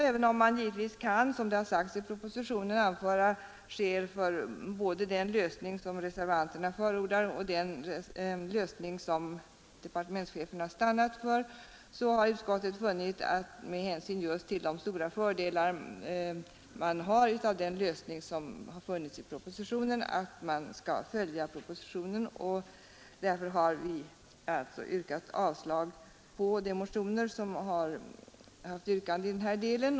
Även om man givetvis, som det sagts i propositionen, kan anföra skäl för både den lösning som reservanterna förordar och den lösning som departementschefen har stannat för, har utskottet funnit att man bör följa propositionens förslag med hänsyn till de stora fördelar som därmed följer. Därför har vi yrkat avslag på de motioner som framfört yrkanden i denna del.